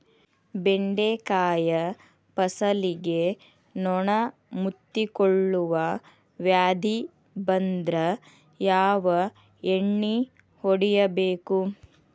ಬೆಂಡೆಕಾಯ ಫಸಲಿಗೆ ನೊಣ ಮುತ್ತಿಕೊಳ್ಳುವ ವ್ಯಾಧಿ ಬಂದ್ರ ಯಾವ ಎಣ್ಣಿ ಹೊಡಿಯಬೇಕು?